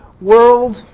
world